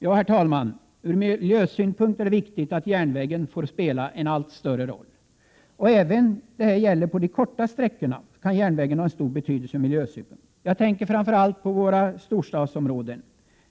Herr talman! Ur miljösynpunkt är det viktigt att järnvägen får spela en allt större roll. Även på de korta sträckorna kan järnvägen ha stor betydelse ur miljösynpunkt. Jag tänker då framför allt på våra storstadsområden.